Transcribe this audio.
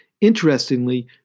Interestingly